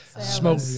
smoke